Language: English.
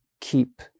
keep